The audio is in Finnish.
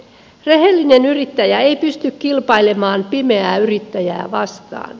rehellinen yrittäjä ei pysty kilpailemaan pimeää yrittäjää vastaan